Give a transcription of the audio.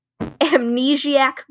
amnesiac